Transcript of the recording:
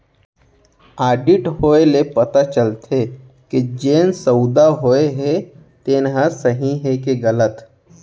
audit होए ले पता चलथे के जेन सउदा होए हे तेन ह सही हे के गलत